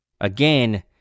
Again